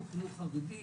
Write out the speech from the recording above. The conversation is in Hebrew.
הוא חינוך חרדי.